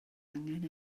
angen